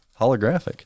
Holographic